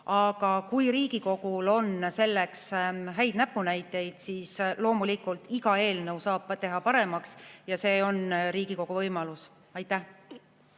Aga kui Riigikogul on selleks häid näpunäiteid, siis loomulikult, iga eelnõu saab teha paremaks ja see on Riigikogu võimalus. Aitäh